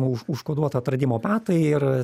už užkoduota atradimo metai ir